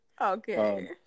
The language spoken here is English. Okay